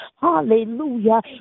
hallelujah